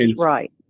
right